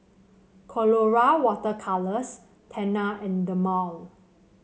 Colora Water Colours Tena and Dermale